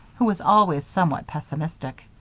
who was always somewhat pessimistic.